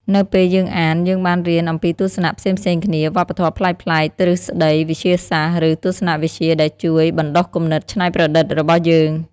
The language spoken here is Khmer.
នៅពេលយើងអាន យើងបានរៀនអំពីទស្សនៈផ្សេងៗគ្នា វប្បធម៌ប្លែកៗ ទ្រឹស្ដីវិទ្យាសាស្ត្រ ឬទស្សនវិជ្ជា ដែលជួយ បណ្ដុះគំនិតច្នៃប្រឌិត របស់យើង។